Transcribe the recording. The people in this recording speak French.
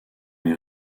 les